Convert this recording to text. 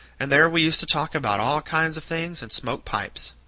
and there we used to talk about all kinds of things, and smoke pipes.